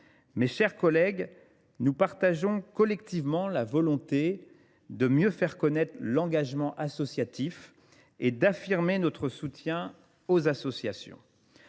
Mes chers collègues, nous partageons la volonté de mieux faire reconnaître l’engagement associatif et d’affirmer notre soutien aux associations.